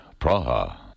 Praha